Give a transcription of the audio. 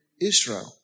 Israel